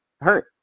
hurt